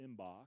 inbox